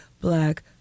black